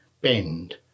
bend